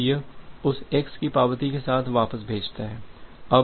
तो यह उस x की पावती के साथ वापस भेजता है